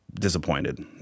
disappointed